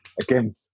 again